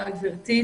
תודה גברתי.